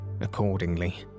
Accordingly